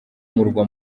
murwa